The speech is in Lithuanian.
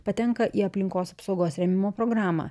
patenka į aplinkos apsaugos rėmimo programą